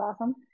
awesome